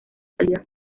salida